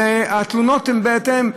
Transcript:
והתלונות הן בהתאם.